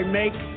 make